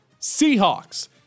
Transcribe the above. Seahawks